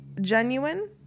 genuine